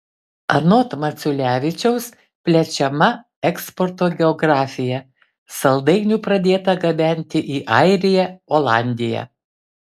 anot maculevičiaus plečiama eksporto geografija saldainių pradėta gabenti į airiją olandiją